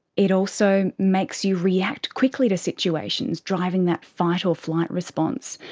it also makes you react quickly to situations, driving that fight or flight response.